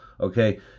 Okay